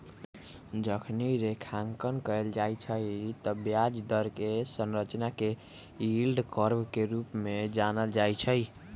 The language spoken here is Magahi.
जखनी रेखांकन कएल जाइ छइ तऽ ब्याज दर कें संरचना के यील्ड कर्व के रूप में जानल जाइ छइ